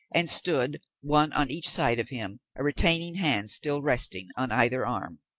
and stood, one on each side of him, a retaining hand still resting on either arm.